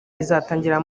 izatangirira